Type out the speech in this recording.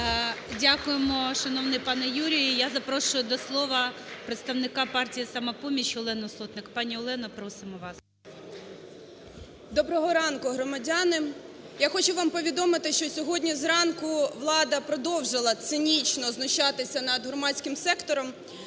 Дякуємо, шановний пане Юрію. Я запрошую до словами представника партії "Самопоміч" Олену Сотник. Пані Олена, просимо вас. 10:12:12 СОТНИК О.С. Доброго ранку, громадяни! Я хочу вам повідомити, що сьогодні зранку влада продовжили цинічно знущатися над громадським сектором,